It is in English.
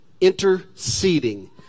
interceding